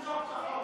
למשוך את החוק.